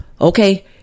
Okay